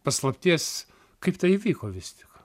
paslapties kaip tai įvyko vis tik